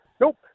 Nope